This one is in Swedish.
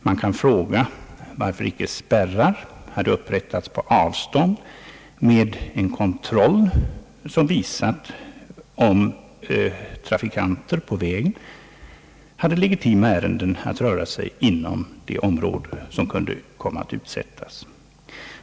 Man kan fråga varför inte spärrar hade upprättats på avstånd med en kontroll, som hade kunnat visa om trafikanterna på vägen hade legitima skäl att röra sig inom det område som kunde komma att utsättas för demonstrationer.